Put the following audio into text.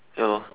ya lor